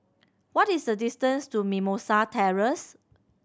what is the distance to Mimosa Terrace